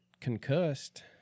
concussed